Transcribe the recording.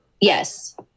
Yes